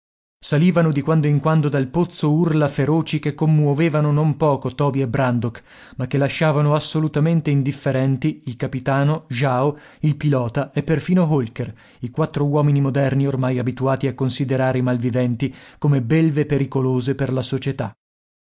salivano di quando in quando dal pozzo urla feroci che commuovevano non poco toby e brandok ma che lasciavano assolutamente indifferenti il capitano jao il pilota e perfino holker i quattro uomini moderni ormai abituati a considerare i malviventi come belve pericolose per la società